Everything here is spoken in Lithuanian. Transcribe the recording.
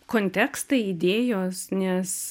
kontekstai idėjos nes